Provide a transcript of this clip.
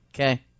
Okay